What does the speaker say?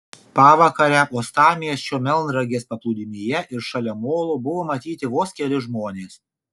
pavakarę uostamiesčio melnragės paplūdimyje ir šalia molo buvo matyti vos keli žmonės